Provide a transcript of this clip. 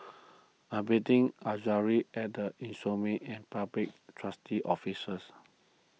I'm meeting Azaria at the and Public Trustee's Office